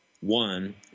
one